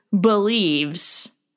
believes